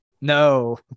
No